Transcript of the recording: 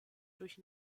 durch